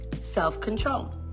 self-control